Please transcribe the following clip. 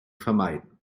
vermeiden